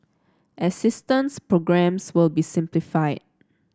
assistance programmes will be simplified